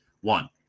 One